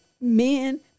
men